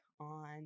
on